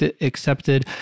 accepted